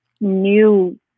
new